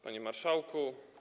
Panie Marszałku!